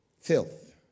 Filth